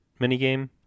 minigame